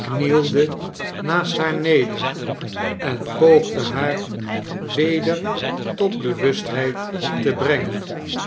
knielde naast haar neder en poogde haar weder tot bewustheid te brengen